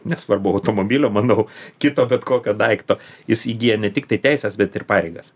nesvarbu automobilio manau kito bet kokio daikto jis įgyja ne tik tai teises bet ir pareigas